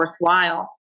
worthwhile